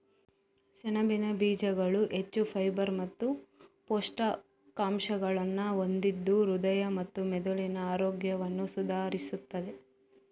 ಸೆಣಬಿನ ಬೀಜಗಳು ಹೆಚ್ಚು ಫೈಬರ್ ಮತ್ತು ಪೋಷಕಾಂಶಗಳನ್ನ ಹೊಂದಿದ್ದು ಹೃದಯ ಮತ್ತೆ ಮೆದುಳಿನ ಆರೋಗ್ಯವನ್ನ ಸುಧಾರಿಸ್ತದೆ